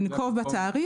לנקוב בתאריך,